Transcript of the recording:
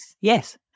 Yes